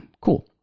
Cool